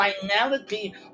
finality